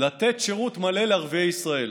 לתת שירות מלא לערביי ישראל.